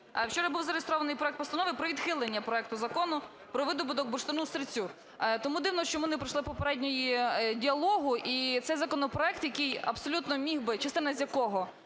вчора був зареєстрований проект постанови про відхилення проекту Закону про видобуток бурштину-сирцю, тому дивно, що ми не пройшли попереднього діалогу і цей законопроект, який абсолютно міг би… частина з якого